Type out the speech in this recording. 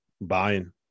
Buying